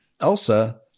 Elsa